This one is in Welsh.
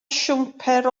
siwmper